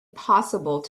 possible